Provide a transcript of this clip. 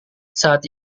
saat